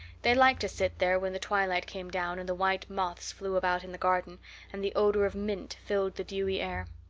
they liked to sit there when the twilight came down and the white moths flew about in the garden and the odor of mint filled the dewy air.